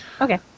Okay